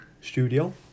studio